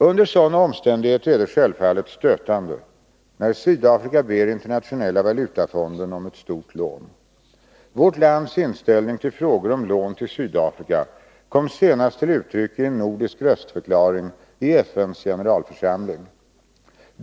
Under sådana omständigheter är det självfallet stötande när Sydafrika ber Internationella valutafonden om ett stort lån. Vårt lands inställning till frågor om lån till Sydafrika kom senast till uttryck i en nordisk röstförklaring i FN:s generalförsamling.